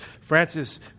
Francis